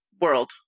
world